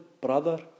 brother